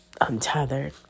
untethered